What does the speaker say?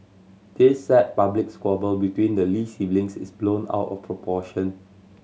this sad public squabble between the Lee siblings is blown out of proportion